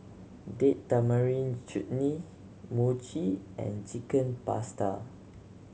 Date Tamarind Chutney Mochi and Chicken Pasta